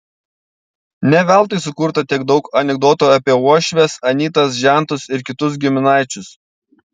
ne veltui sukurta tiek daug anekdotų apie uošves anytas žentus ir kitus giminaičius